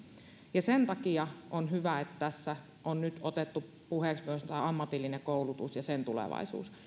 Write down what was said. ja sen takia on hyvä että tässä on nyt otettu puheeksi myös ammatillinen koulutus ja sen tulevaisuus